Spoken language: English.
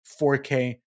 4k